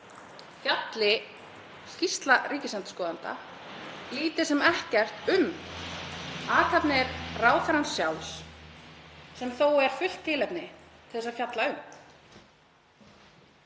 fjalli skýrsla ríkisendurskoðanda lítið sem ekkert um athafnir ráðherrans sjálfs sem þó er fullt tilefni til að fjalla um.